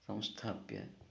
संस्थाप्य